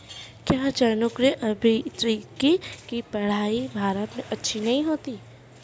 क्या जनुकीय अभियांत्रिकी की पढ़ाई भारत में अच्छी नहीं होती?